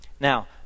Now